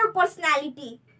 personality